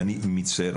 אני מצטער,